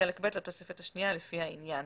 בחלק ב' לתוספת השנייה לפי העניין."